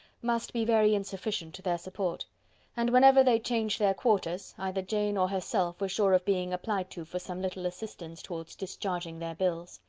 must be very insufficient to their support and whenever they changed their quarters, either jane or herself were sure of being applied to for some little assistance towards discharging their bills.